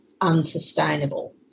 unsustainable